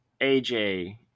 AJ